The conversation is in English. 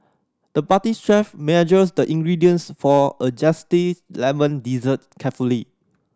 the parties chef measured the ingredients for a zesty lemon dessert carefully